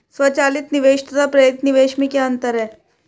स्वचालित निवेश तथा प्रेरित निवेश में क्या अंतर है?